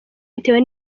bitewe